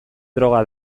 droga